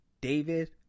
David